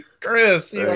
Chris